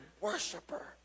worshiper